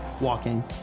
walking